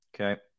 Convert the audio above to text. Okay